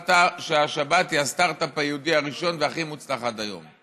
שהשבת היא הסטרטאפ היהודי הראשון והכי מוצלח עד היום.